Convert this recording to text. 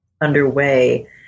underway